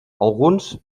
alguns